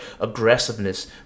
aggressiveness